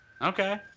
Okay